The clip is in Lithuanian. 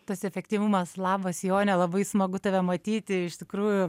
tas efektyvumas labas jone labai smagu tave matyti iš tikrųjų